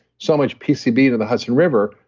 so much pcb to the hudson river,